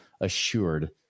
assured